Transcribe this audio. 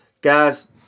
Guys